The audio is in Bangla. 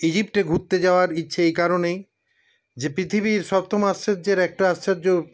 ইজিপ্টে ঘুরতে যাওয়ার ইচ্ছে এই কারনেই যে পৃথিবীর সপ্তম আশ্চর্যের একটা আশ্চর্য